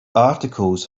articles